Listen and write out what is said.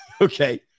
okay